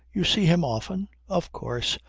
you see him often? of course.